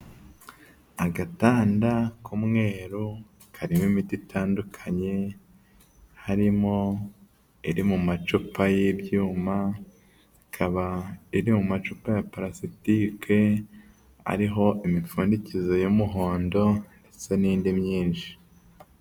Agatanda k'umwero karimo imiti itandukanye, harimo iri mu macupa y'ibyuma, hakaba iri mu macupa ya purasitike ariho imipfundikizo y'umuhondo ndetse n'indi myinshi.